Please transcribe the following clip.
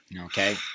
Okay